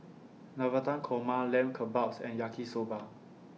Navratan Korma Lamb Kebabs and Yaki Soba